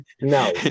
No